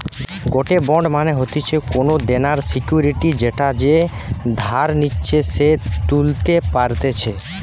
গটে বন্ড মানে হতিছে কোনো দেনার সিকুইরিটি যেটা যে ধার নিচ্ছে সে তুলতে পারতেছে